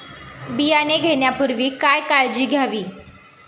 बियाणे घेण्यापूर्वी काय काळजी घ्यावी?